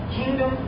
kingdom